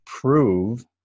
Prove